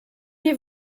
nie